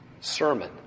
sermon